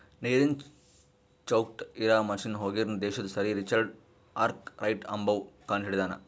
ನೀರನ್ ಚೌಕ್ಟ್ ಇರಾ ಮಷಿನ್ ಹೂರ್ಗಿನ್ ದೇಶದು ಸರ್ ರಿಚರ್ಡ್ ಆರ್ಕ್ ರೈಟ್ ಅಂಬವ್ವ ಕಂಡಹಿಡದಾನ್